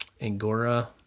Angora